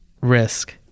Risk